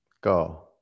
go